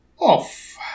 off